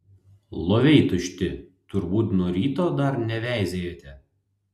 loviai tušti turbūt nuo ryto dar neveizėjote